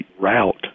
route